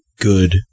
good